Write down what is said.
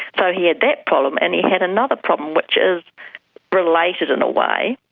so he had that problem, and he had another problem which is related in a way,